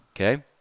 Okay